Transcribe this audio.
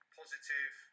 positive